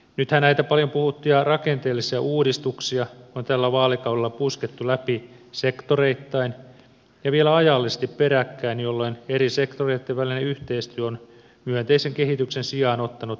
nythän näitä paljon puhuttuja rakenteellisia uudistuksia on tällä vaalikaudella puskettu läpi sektoreittain ja vielä ajallisesti peräkkäin jolloin eri sektoreitten välinen yhteistyö on myönteisen kehityksen sijaan ottanut rankkaa takapakkia